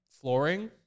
flooring